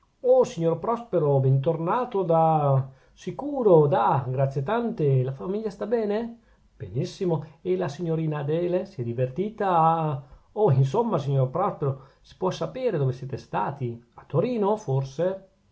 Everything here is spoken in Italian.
oh signor prospero ben tornato da sicuro da grazie tante la famiglia sta bene benissimo e la signorina adele si è divertita a oh insomma signor prospero si può sapere dove siete stati a torino forse